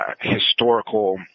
historical